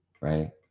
right